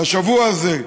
השבוע הזה,